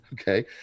okay